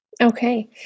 Okay